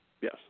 Yes